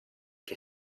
che